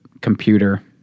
computer